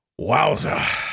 Wowza